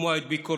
לשמוע את ביקורתה